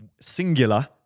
singular